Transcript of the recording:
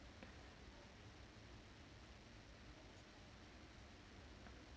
en